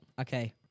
Okay